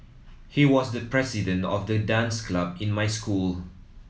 he was the president of the dance club in my school